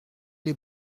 lès